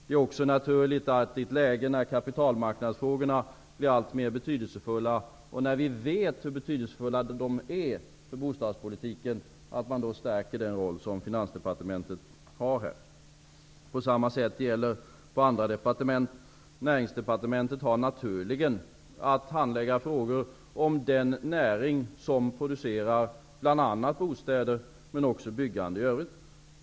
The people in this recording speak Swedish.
Det är också naturligt att man i ett läge när kapitalmarknadsfrågorna blir alltmer betydelsefulla -- och när vi vet hur betydelsefulla de är för bostadspolitiken -- stärker den roll som Finansdepartementet har. På samma sätt gäller detta andra departement. Näringsdepartementet har naturligen att handlägga frågor om den näring som bl.a. producerar bostäder, men också byggande i övrigt.